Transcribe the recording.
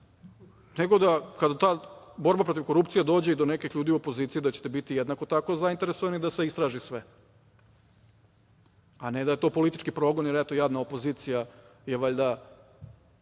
nego kada ta borba protiv korupcije dođe i do nekih ljudi u opoziciji, da ćete biti jednako tako zainteresovani da se istraži sve, a ne da je to politički progon i eto jadna opozicija je valjda